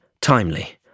timely